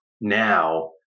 now